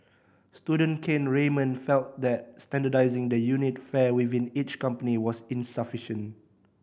student Kane Raymond felt that standardising the unit fare within each company was insufficient